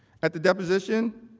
at the deposition,